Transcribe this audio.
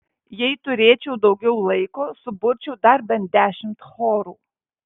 jei turėčiau daugiau laiko suburčiau dar bent dešimt chorų